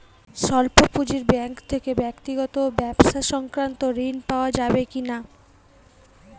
স্বল্প পুঁজির ব্যাঙ্ক থেকে ব্যক্তিগত ও ব্যবসা সংক্রান্ত ঋণ পাওয়া যাবে কিনা?